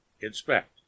inspect